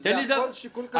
זה הכול שיקול כלכלי.